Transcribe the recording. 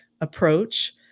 approach